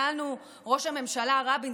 ראש הממשלה רבין,